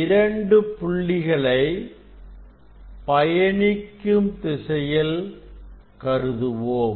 இரண்டு புள்ளிகளை பயணிக்கும் திசையில் கருதுவோம்